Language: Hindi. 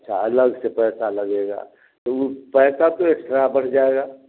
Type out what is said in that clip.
अच्छा अलग से पैसा लगेगा तो पैसा तो एक्स्ट्रा पड़ जाएगा